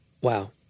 Wow